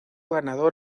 ganador